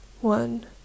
One